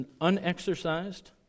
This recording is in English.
unexercised